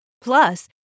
Plus